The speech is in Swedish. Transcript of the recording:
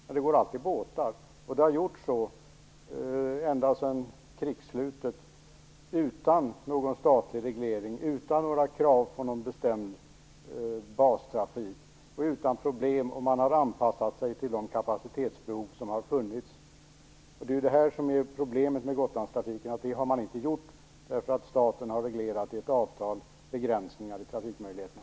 Men det går alltid båtar och har så gjort ända sedan krigsslutet, utan någon statlig reglering, utan krav på någon bestämd bastrafik, utan problem. Man har anpassat sig till de kapacitetsbehov som har funnits. Problemet med Gotlandstrafiken är att man inte har gjort det, därför att staten i ett avtal har reglerat begränsningar i trafikmöjligheterna.